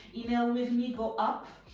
you know with me, go up.